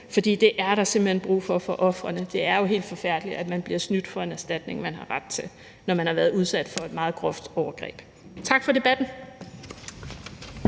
for det er der simpelt hen brug for for ofrene. Det er jo helt forfærdeligt, at man bliver snydt for en erstatning, som man har ret til, når man har været udsat for et meget groft overgreb. Tak for debatten.